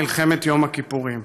מלחמת יום הכיפורים.